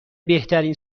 بهترین